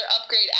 upgrade